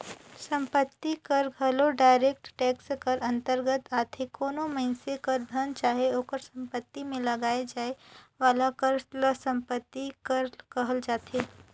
संपत्ति कर घलो डायरेक्ट टेक्स कर अंतरगत आथे कोनो मइनसे कर धन चाहे ओकर सम्पति में लगाए जाए वाला कर ल सम्पति कर कहल जाथे